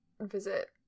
visit